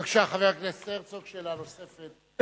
בבקשה, חבר הכנסת הרצוג, שאלה נוספת.